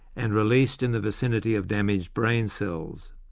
and released in the vicinity of damaged brain cells.